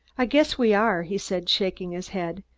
i guess we are, he said, shaking his head,